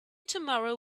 tomorrow